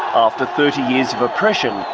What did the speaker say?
after thirty years of oppression,